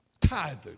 tithed